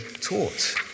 taught